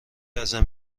ازم